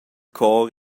chor